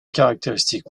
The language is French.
caractéristiques